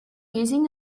using